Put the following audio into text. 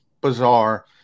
bizarre